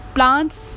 Plants